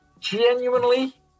Genuinely